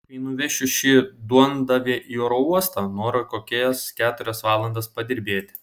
kai nuvešiu šį duondavį į oro uostą noriu kokias keturias valandas padirbėti